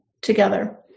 together